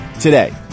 today